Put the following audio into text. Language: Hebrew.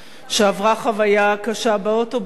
שעברה חוויה קשה באוטובוס.